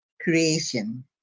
creation